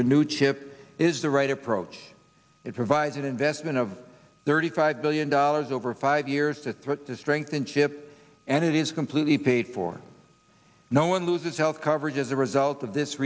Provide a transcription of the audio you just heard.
renew chip is the right approach it provides an investment of thirty five billion dollars over five years to thwart the strengthen chip and it is completely paid for no one loses health coverage as a result of this